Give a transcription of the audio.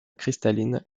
cristalline